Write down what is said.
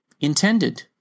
intended